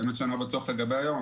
האמת שאני לא בטוח לגבי היום,